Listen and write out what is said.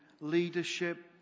leadership